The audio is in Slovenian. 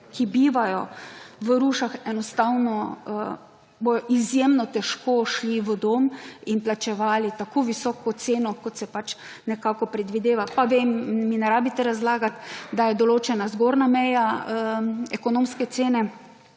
ki bivajo v Rušah, enostavno, bojo izjemno težko šli v dom in plačevali tako visoko ceno, kot se nekako predvideva. Pa vem, mi ne rabite razlagat, da je določena zgornja meja ekonomske cene,